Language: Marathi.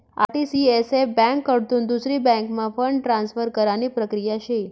आर.टी.सी.एस.एफ ब्यांककडथून दुसरी बँकम्हा फंड ट्रान्सफर करानी प्रक्रिया शे